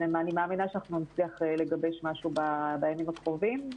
אני מאמינה שנצליח לגבש משהו בימים הקרובים.